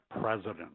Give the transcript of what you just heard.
president